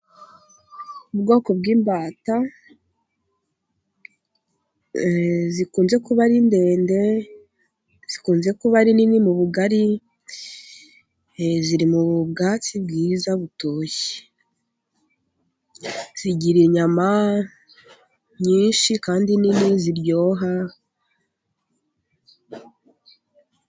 Ubwoko bw'imbata zikunze kuba ari ndende, zikunze kuba ari nini mu bugari, ziri mu bwatsi bwiza butoshye. Zigira inyama nyinshi, kandi nini ziryoha,..